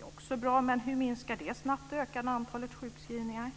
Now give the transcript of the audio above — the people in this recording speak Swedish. är också bra, men hur minskar det snabbt det ökande antalet sjukskrivningar?